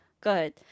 good